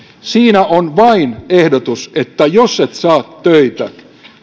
siinä on vain ehdotus että jos et saa töitä